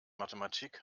mathematik